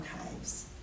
archives